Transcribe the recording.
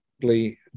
simply